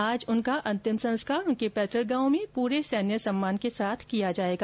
आज उनका अंतिम संस्कार उनके पैतुक गांव में पूरे सैन्य सम्मान के साथ किया जाएगा